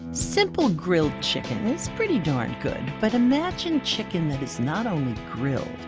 simple grilled chicken is pretty darn good. but imagine chicken that is not only grilled,